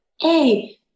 hey